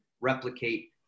replicate